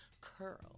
curl